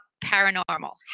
paranormal